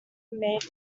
made